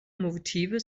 motive